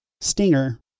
Stinger